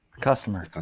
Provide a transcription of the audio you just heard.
customer